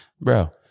Bro